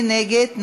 מי נגד?